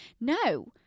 No